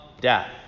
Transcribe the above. death